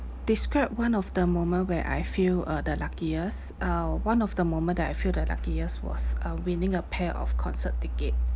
describe one of the moment where I feel uh the luckiest uh one of the moment that I feel the luckiest was uh winning a pair of concert ticket